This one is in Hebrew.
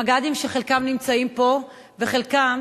מג"דים שחלקם נמצאים פה וחלקם